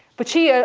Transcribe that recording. but she, ah